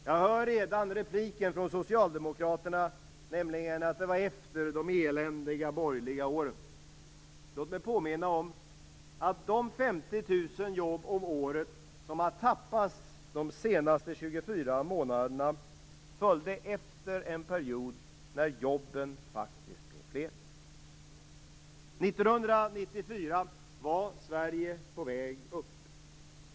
Jag hör redan repliken från socialdemokraterna, nämligen att det var efter de eländiga borgerliga åren. Låt mig påminna om att de 50 000 jobb om året som har tappats de senaste 24 månaderna följde efter en period när jobben faktiskt blev fler. 1994 var Sverige på väg upp.